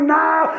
now